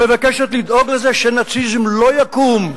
המבקשת לדאוג לזה שנאציזם לא יקום,